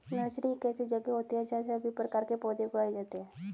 nursery एक ऐसी जगह होती है जहां सभी प्रकार के पौधे उगाए जाते हैं